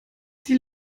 die